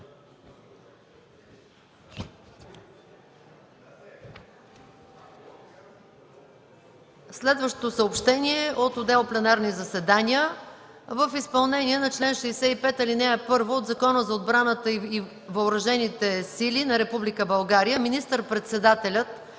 Следващото съобщение е от отдел „Пленарни заседания”: В изпълнение на чл. 65, ал. 1 от Закона за отбраната и въоръжените сили на Република България министър-председателят